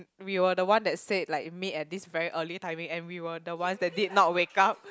we were the one that said like meet at this very early timing and we were the ones that did not wake up